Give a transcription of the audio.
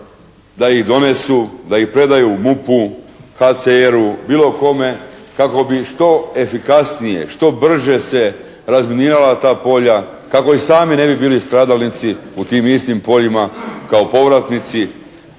da ih donesu, da ih predaju u MUP-u, HCR-u, bilo kome kako bi što efikasnije, što brže se razminirala ta polja kako i sami ne bi bili stradalnici u tim istim poljima kao povratnici.